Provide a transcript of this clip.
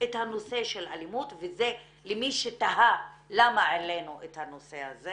את הנושא של אלימות וזה למי שתהה למה העלינו את הנושא הזה